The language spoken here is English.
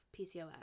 PCOS